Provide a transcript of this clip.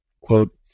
Quote